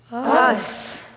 us.